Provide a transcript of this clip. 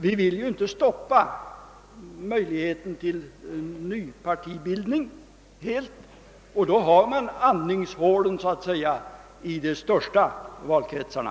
Vi vill ju inte helt stoppa möjligheten till nypartibildning, och då har vi så att säga andningshålen i de största valkretsarna.